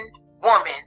woman